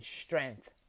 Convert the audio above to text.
strength